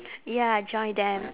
ya join them